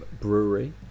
brewery